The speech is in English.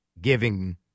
giving